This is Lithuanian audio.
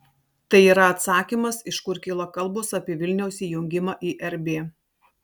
tai yra atsakymas iš kur kyla kalbos apie vilniaus įjungimą į rb